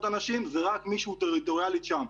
אנשים זה רק מישהו שטריטוריאלית שם,